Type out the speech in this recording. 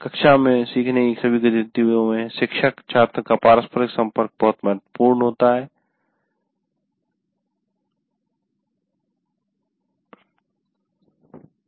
कक्षा में सीखने की सभी गतिविधियों में शिक्षक छात्र का पारस्परिक व्यवहार बहुत महत्वपूर्ण भूमिका निभता है